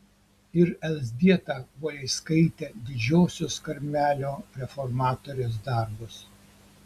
ir elzbieta uoliai skaitė didžiosios karmelio reformatorės darbus